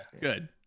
Good